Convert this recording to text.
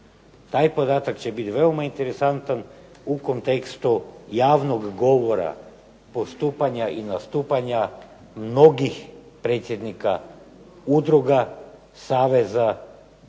Taj podatak će biti veoma interesantan u kontekstu javnog govora, postupanja i nastupanja mnogih predsjednika udruga, saveza